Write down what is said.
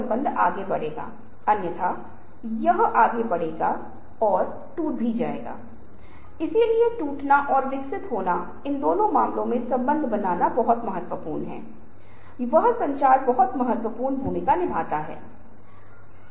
तो यहाँ William Blake की एक कविता का एक उदाहरण है और आप यहाँ पर कविता देख सकते हैं और आपके पास चित्र हैं जाहिर है कविता बहुत महत्वपूर्ण है और आपके पास यह कहीं और छपी है और चित्रण वही है जो आपको लगता है कि यह आकस्मिक है यहां तक कि चित्र के बिना भी आप कविता पढ़ सकते हैं